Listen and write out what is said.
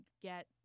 get